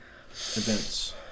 Events